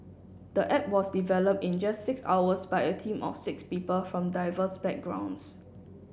the app was developed in just six hours by a team of six people from diverse backgrounds